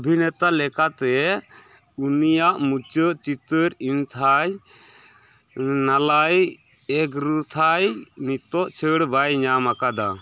ᱚᱵᱷᱤᱱᱮᱛᱟ ᱞᱮᱠᱟᱛᱮ ᱩᱱᱤᱭᱟᱜ ᱢᱩᱪᱟᱹᱫ ᱪᱤᱛᱟᱹᱨ ᱤᱱᱛᱷᱟᱭ ᱱᱟᱞᱟᱭ ᱮᱜᱽᱨᱩᱛᱷᱟᱭ ᱱᱤᱛᱳᱜ ᱪᱷᱟᱹᱲ ᱵᱟᱭ ᱧᱟᱢ ᱟᱠᱟᱫᱟ